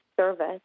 service